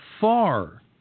far